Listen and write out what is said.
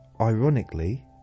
ironically